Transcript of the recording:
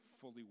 fully